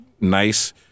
nice